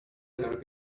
their